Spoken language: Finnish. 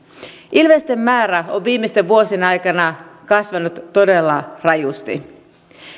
ilvesten määrä on viimeisten vuosien aikana kasvanut todella rajusti